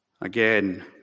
Again